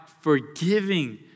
forgiving